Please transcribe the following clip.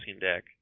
deck